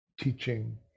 teaching